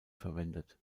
verwendet